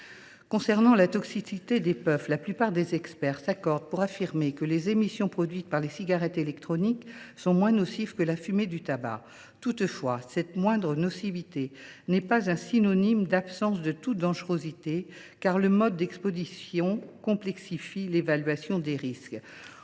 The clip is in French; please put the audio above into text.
concerne la toxicité des puffs, la plupart des experts s’accordent pour affirmer que les émissions produites par les cigarettes électroniques sont moins nocives que la fumée du tabac. Toutefois, cette moindre nocivité n’est pas synonyme d’absence de toute dangerosité, car le mode d’exposition complexifie l’évaluation des risques.